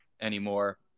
anymore